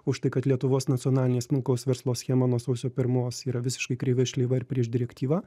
už tai kad lietuvos nacionalinė smulkaus verslo schema nuo sausio pirmos yra visiškai kreivai šleiva ir prieš direktyvą